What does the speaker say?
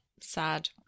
Sad